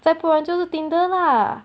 再不然就是 tinder lah